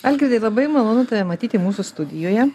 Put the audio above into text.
algirdai labai malonu tave matyti mūsų studijoje